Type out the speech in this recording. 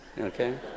Okay